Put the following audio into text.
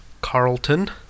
Carlton